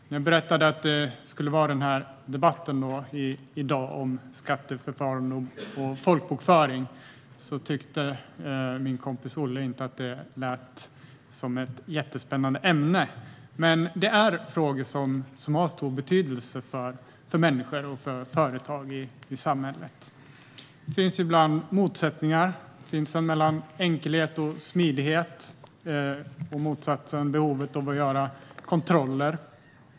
När jag berättade att vi i dag skulle ha den här debatten om skatteförfarande och folkbokföring tyckte min kompis Olle inte att det lät som ett särskilt spännande ämne, men det är frågor som har stor betydelse för människor och företag i samhället. Det finns ibland motsättningar mellan å ena sidan enkelhet och smidighet och å andra sidan behovet av att göra kontroller.